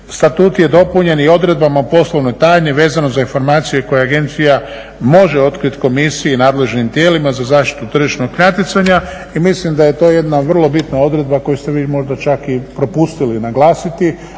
Statut je dopunjen i odredbom o poslovnoj tajni vezano za informacije koje agencija može otkriti komisiji i nadležnim tijelima za zaštita tržišnog natjecanja. I mislim da je to jedna vrlo bitna odredba koju ste vi možda čak i propustili naglasiti,